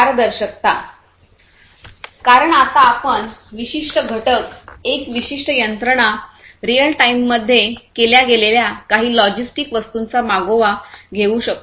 पारदर्शकता कारण आता आपण विशिष्ट घटक एक विशिष्ट यंत्रणारिअल टाइम मध्ये केल्या गेलेल्या काही लॉजिस्टिक वस्तूंचा मागोवा घेऊ शकतो